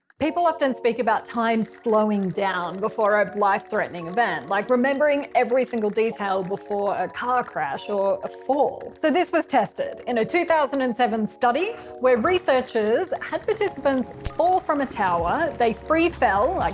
people often speak about time slowing down before a life-threatening event, like remembering every single detail before a car crash or a fall. so this was tested in a two thousand and seven study where researchers had participants all from a tower. they free fell, like